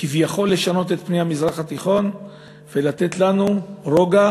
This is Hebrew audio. כביכול לשנות את פני המזרח התיכון ולתת לנו רוגע